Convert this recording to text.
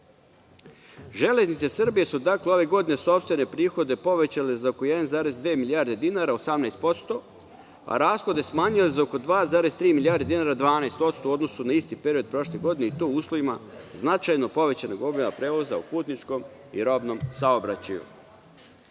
godinu. Železnice Srbije su dakle, ove godine, sopstvene prihode povećale za oko 1,2 milijarde dinara, 18% a rashode smanjile za oko 2,3 milijarde dinara, 12% u odnosu na isti period prošle godine, i to u uslovima značajnog obima povećanja prevoza u putničkom i robnom saobraćaju. Prema